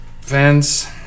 fans